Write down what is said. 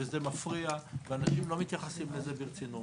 וזה מפריע ואנשים לא מתייחסים לזה ברצינות.